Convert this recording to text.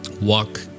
Walk